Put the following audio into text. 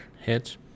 Hits